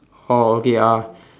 oh okay uh